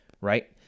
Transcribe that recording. right